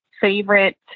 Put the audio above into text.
favorite